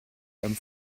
einem